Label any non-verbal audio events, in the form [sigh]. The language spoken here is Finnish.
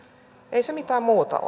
ei se mitään muuta [unintelligible]